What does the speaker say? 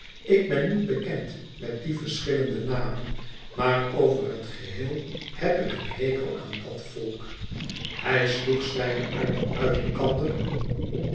ik ben niet bekend met die verschillende namen maar over het geheel heb ik een hekel aan dat volk hij sloeg zijne armen uit elkander